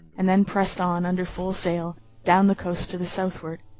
and then pressed on, under full sail, down the coast to the southward.